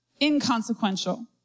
inconsequential